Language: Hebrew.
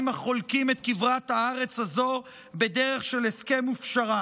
החולקים את כברת הארץ הזו בדרך של הסכם ופשרה.